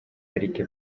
pariki